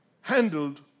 handled